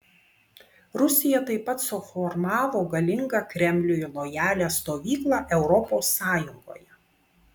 rusija taip pat suformavo galingą kremliui lojalią stovyklą europos sąjungoje